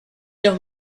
los